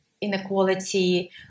inequality